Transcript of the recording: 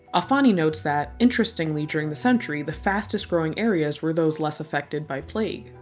alfani notes that, interestingly, during the century, the fastest-growing areas were those less affected by plague.